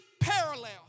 parallel